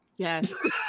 Yes